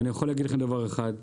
ואני יכול להגיד לכם דבר אחד.